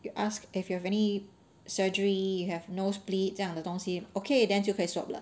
you asked if you have any surgery you have no split 这样的东西 okay then 就可以 swab 了